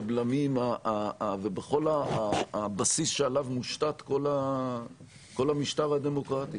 בבלמים ובכל הבסיס שעליו מושתת כל המשטר הדמוקרטי,